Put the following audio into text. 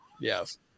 Yes